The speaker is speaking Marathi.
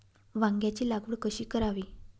वांग्यांची लागवड कशी करावी?